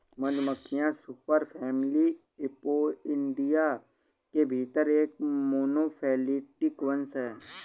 मधुमक्खियां superfamily Apoidea के भीतर एक मोनोफैलेटिक वंश हैं